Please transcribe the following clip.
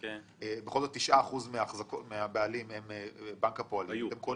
בכל זאת 9% מהבעלים הם בנק הפועלים -- היו.